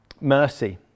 Mercy